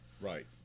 Right